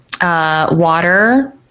Water